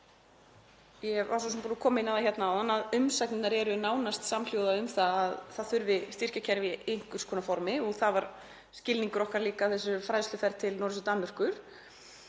ég var svo sem búin að koma inn á hérna áðan, að umsagnirnar eru nánast samhljóða um að það þurfi styrkjakerfi í einhvers konar formi, en það var skilningur okkar líka í þessari fræðsluferð til Noregs og Danmerkur,